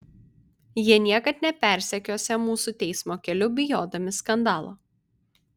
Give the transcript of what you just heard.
jie niekad nepersekiosią mūsų teismo keliu bijodami skandalo